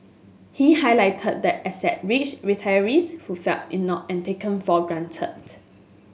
he highlighted the asset rich retirees who felt ignored and taken for granted